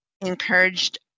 encouraged